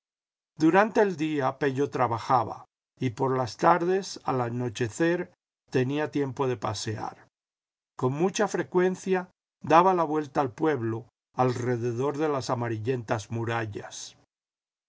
durante el día pello trabajaba y por las tardes al anochecer tenía tiempo de pasear con mucha frecuencia daba la vuelta al pueblo alrededor de las amarillentas murallas